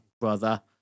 brother